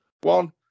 One